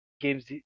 games